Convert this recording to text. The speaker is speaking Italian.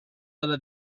della